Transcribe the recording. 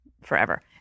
forever